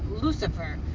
Lucifer